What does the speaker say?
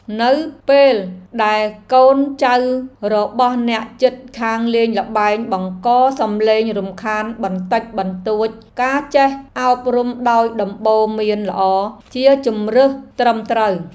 នៅពេលដែលកូនចៅរបស់អ្នកជិតខាងលេងល្បែងបង្កសំឡេងរំខានបន្តិចបន្តួចការចេះអប់រំដោយដំបូន្មានល្អជាជម្រើសត្រឹមត្រូវ។